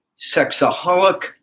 sexaholic